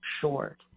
short